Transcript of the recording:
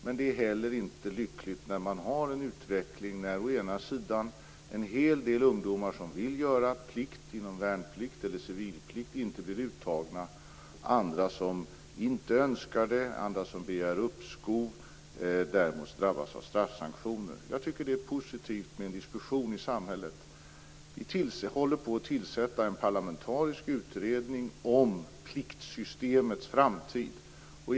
Men det är heller inte lyckligt att ha en utveckling där det å ena sidan finns en hel del ungdomar som vill göra plikt inom värnplikt eller civilplikt och inte blir uttagna, och å andra sidan andra som inte önskar göra plikt eller begär uppskov och som drabbas av straffsanktioner. Jag tycker att en diskussion i samhället är något positivt. En parlamentarisk utredning om pliktsystemets framtid håller på att tillsättas.